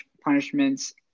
punishments